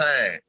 time